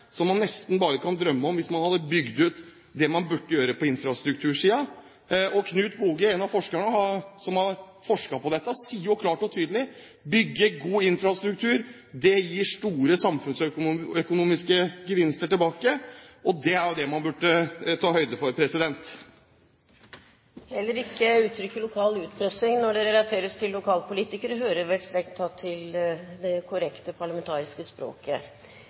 som man nesten bare kan drømme om – hvis man hadde bygd ut det man burde gjøre på infrastruktursiden. Knut Boge, en av forskerne som har forsket på dette, sier jo klart og tydelig at det å bygge god infrastruktur gir store samfunnsøkonomiske gevinster tilbake. Det er jo det man burde ta høyde for. Heller ikke uttrykket «lokal utpressing» når det relateres til lokalpolitikere, hører vel strengt tatt til det korrekte parlamentariske språket.